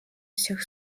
всех